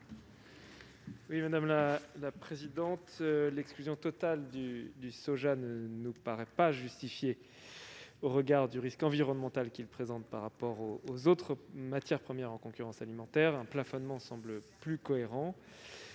du Gouvernement ? L'exclusion totale du soja ne nous paraît pas justifiée au regard du risque environnemental qu'il présente par rapport aux autres matières premières en concurrence alimentaire. Un plafonnement semble plus